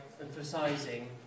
emphasizing